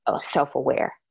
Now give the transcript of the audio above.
self-aware